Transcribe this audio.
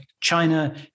China